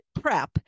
prep